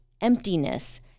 emptiness